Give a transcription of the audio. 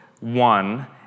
one